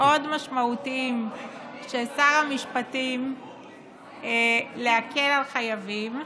מאוד משמעותיים של שר המשפטים להקל על חייבים,